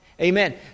Amen